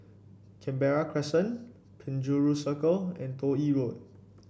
Canberra Crescent Penjuru Circle and Toh Yi Road